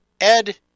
Ed